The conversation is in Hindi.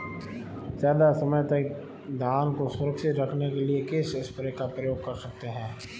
ज़्यादा समय तक धान को सुरक्षित रखने के लिए किस स्प्रे का प्रयोग कर सकते हैं?